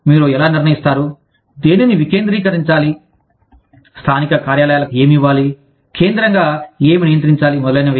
మీరు ఎలా నిర్ణయిస్తారు దేనిని వికేంద్రీకరించాలి స్థానిక కార్యాలయాలకు ఏమి ఇవ్వాలి కేంద్రంగా ఏమి నియంత్రించాలి మొదలైనవి